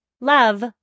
Love